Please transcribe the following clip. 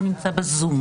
והוא נמצא בזום.